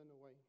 away